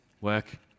work